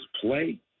play